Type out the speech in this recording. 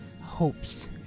hopes